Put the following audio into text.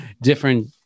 different